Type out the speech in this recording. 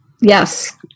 Yes